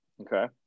Okay